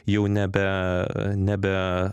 jau nebe nebe